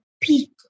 peak